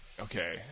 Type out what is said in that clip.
okay